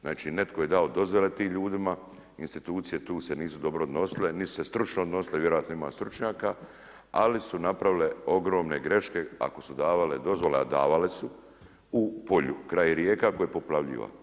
Znači netko je dao dozvole tim ljudima, institucije tu se nisu dobro odnosile, nisu se stručno odnosile i vjerojatno ima stručnjaka ali su napravile ogromne greške ako su davale dozvole a davale su u polju, kraj rijeka koje poplavljiva.